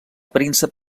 príncep